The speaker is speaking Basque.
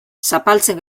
zapaltzen